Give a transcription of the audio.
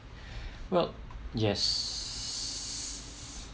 well yes